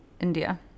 India